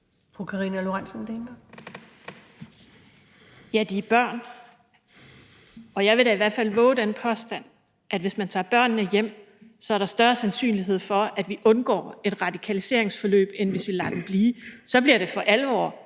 Ja, de er børn, og jeg vil da i hvert fald vove den påstand, at hvis man tager børnene hjem, er der større sandsynlighed for, at vi undgår et radikaliseringforløb, end hvis vi lader dem blive. For så bliver det for alvor